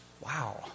Wow